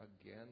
again